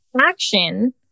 action